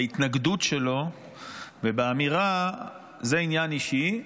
בהתנגדות שלו ובאמירה שזה עניין אישי,